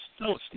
No